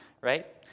Right